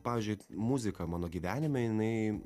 pavyzdžiui muzika mano gyvenime jinai